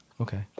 Okay